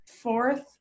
fourth